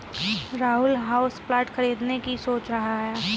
Rahul houseplant खरीदने की सोच रहा है